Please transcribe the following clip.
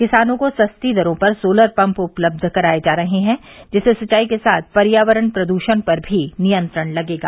किसानों को सस्ती दरों पर सोलर पम्प उपलब्ध कराये जा रहे हैं जिससे सिंचाई के साथ पर्यावरण प्रदूषण पर भी नियंत्रण लगेगा